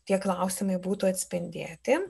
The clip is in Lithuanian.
tie klausimai būtų atspindėti